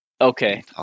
Okay